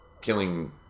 killing